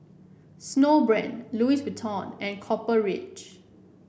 Snowbrand Louis Vuitton and Copper Ridge